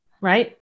Right